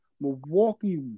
Milwaukee